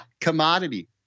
commodity